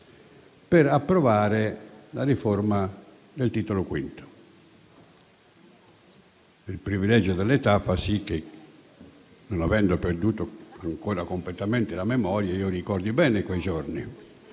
per approvare la riforma del Titolo V. Il privilegio dell'età fa sì che, non avendo perduto ancora completamente la memoria, ricordi bene quei giorni